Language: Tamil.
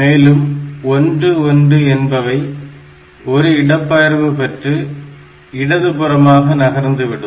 மேலும் 1 1 என்பவை ஒரு இடபெயர்வு பெற்று இடதுபுறமாக நகர்ந்து விடும்